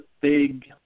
big